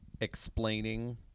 explaining